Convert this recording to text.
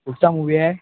कुठचा मूवी आहे